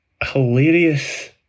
hilarious